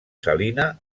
salina